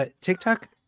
TikTok